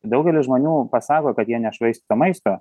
daugelis žmonių pasako kad jie nešvaisto maisto